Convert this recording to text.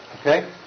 Okay